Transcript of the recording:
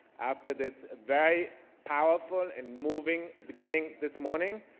after this very powerful and moving beginning this morning,